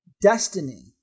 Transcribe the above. destiny